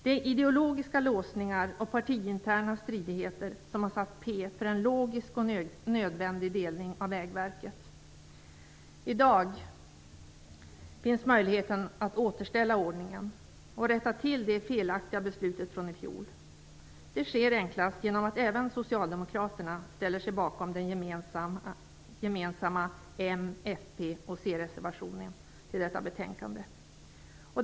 Det är ideologiska låsningar och partiinterna stridigheter som har satt p för en logisk och nödvändig delning av Vägverket. I dag finns möjligheten att återställa ordningen och rätta till det felaktiga beslutet från i fjol. Det sker enklast genom att även Socialdemokraterna ställer sig bakom den gemensamma reservationen från m, fp och c till detta betänkande.